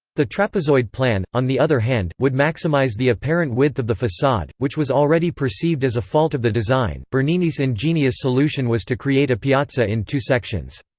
the trapezoid plan, on the other hand, would maximize the apparent width of the facade, which was already perceived as a fault of the design bernini's ingenious solution was to create a piazza in two sections.